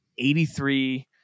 83